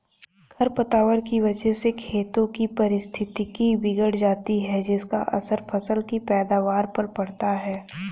खरपतवार की वजह से खेतों की पारिस्थितिकी बिगड़ जाती है जिसका असर फसल की पैदावार पर पड़ता है